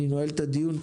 אני נועל את הדיון.